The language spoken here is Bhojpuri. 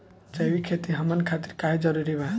जैविक खेती हमन खातिर काहे जरूरी बा?